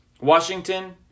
Washington